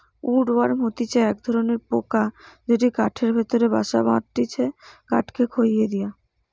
would worm হতিছে এক ধরণের পোকা যেটি কাঠের ভেতরে বাসা বাঁধটিছে কাঠকে খইয়ে দিয়া